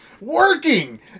Working